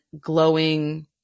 glowing